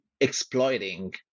exploiting